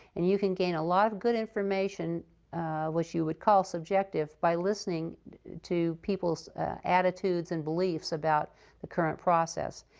and you can gain a lot of good information which you would call subjective by listening to people's attitudes and beliefs about the current process.